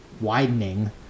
widening